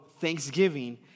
thanksgiving